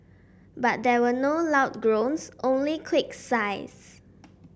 but there were no loud groans only quick sighs